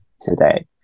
today